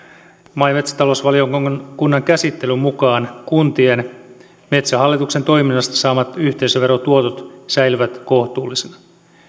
maa ja metsätalousvaliokunnan käsittelyn mukaan kuntien metsähallituksen toiminnasta saamat yhteisöverotuotot säilyvät kohtuullisina